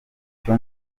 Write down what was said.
icyo